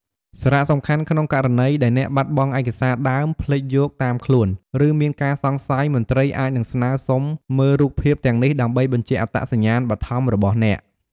សារៈសំខាន់ ក្នុងករណីដែលអ្នកបាត់បង់ឯកសារដើម ភ្លេចយកតាមខ្លួន ឬមានការសង្ស័យ មន្ត្រីអាចនឹងស្នើសុំមើលរូបភាពទាំងនេះដើម្បី បញ្ជាក់អត្តសញ្ញាណបឋមរបស់អ្នក។